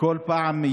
כל פעם,